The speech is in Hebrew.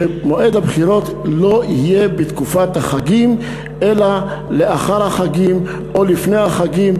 ושמועד הבחירות לא יהיה בתקופת החגים אלא לאחר החגים או לפני החגים,